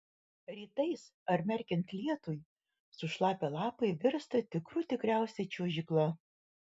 rytais ar merkiant lietui sušlapę lapai virsta tikrų tikriausia čiuožykla